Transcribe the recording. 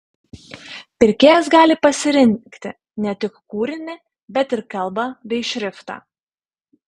pirkėjas gali pasirinkti ne tik kūrinį bet ir kalbą bei šriftą